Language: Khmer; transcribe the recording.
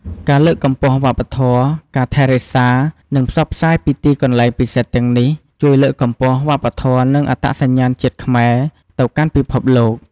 ការលើកកម្ពស់វប្បធម៌ ការថែរក្សា និងផ្សព្វផ្សាយទីកន្លែងពិសិដ្ឋទាំងនេះ ជួយលើកកម្ពស់ វប្បធម៌ និងអត្តសញ្ញាណជាតិខ្មែរ ទៅកាន់ពិភពលោក។